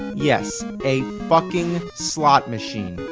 yes, a fucking slot machine.